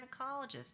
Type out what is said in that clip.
gynecologist